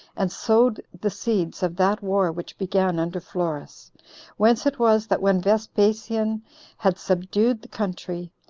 and sowed the seeds of that war which began under florus whence it was that when vespasian had subdued the country,